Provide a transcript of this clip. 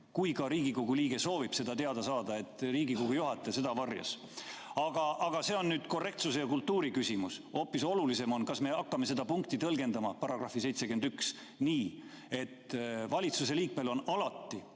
kui ka Riigikogu liige soovis seda teada saada, aga Riigikogu juhataja seda varjas. Aga see on korrektsuse ja kultuuri küsimus, hoopis olulisem on, kas me hakkame seda punkti, § 71, tõlgendama nii, et valitsuse liikmel on alati